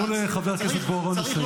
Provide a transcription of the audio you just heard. תנו לחבר הכנסת בוארון לסיים.